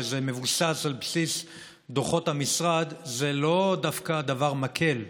שזה מבוסס על דוחות המשרד זה לא דווקא דבר מקל.